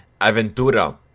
Aventura